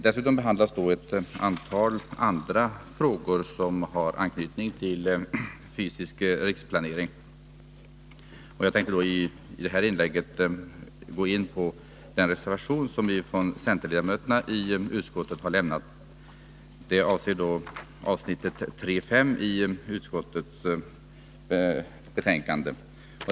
Dessutom behandlas ett antal andra frågor som har anknytning till fysisk riksplanering, och jag tänkte i det här inlägget gå in på den reservation som vi centerledamöter i utskottet har avgivit. Den gäller avsnittet 3:5 i betänkandet.